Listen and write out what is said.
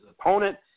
opponent